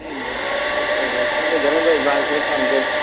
ꯎꯝ ꯍꯣꯏ ꯍꯣꯏ ꯁꯣꯏꯅꯗꯅꯕ ꯑꯦꯗꯕꯥꯟꯁ ꯈꯔ ꯄꯥꯝꯖꯩ